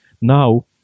now